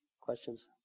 Questions